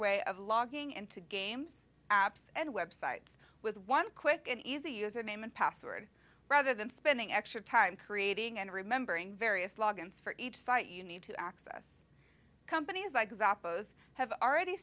way of logging in to games apps and websites with one quick and easy user name and password rather than spending extra time creating and remembering various log ins for each site you need to access companies like zappos have already